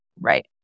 Right